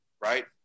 right